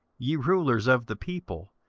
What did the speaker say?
ye rulers of the people,